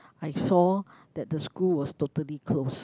I saw that the school was totally closed